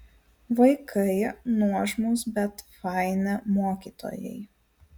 vaikai nuožmūs bet faini mokytojai